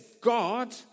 God